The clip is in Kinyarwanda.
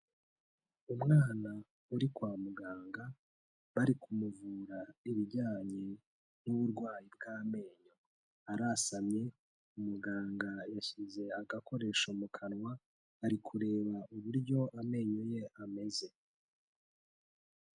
Umwana uri kwa muganga bari kumuvura ibijyanye n'uburwayi bw'amenyo, arasamye, umuganga yashyize agakoresho mu kanwa ari kureba uburyo amenyo ye ameze.